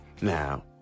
now